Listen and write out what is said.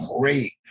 great